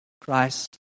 Christ